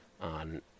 on